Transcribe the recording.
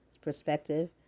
perspective